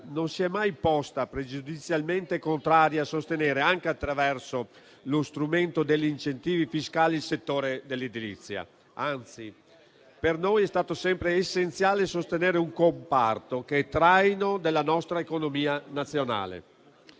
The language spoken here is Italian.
non si è mai posta pregiudizialmente contraria a sostenere, anche attraverso lo strumento degli incentivi fiscali, il settore dell'edilizia. Anzi, per noi è stato sempre essenziale sostenere un comparto che è traino della nostra economia nazionale.